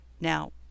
now